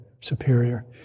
superior